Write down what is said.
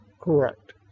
correct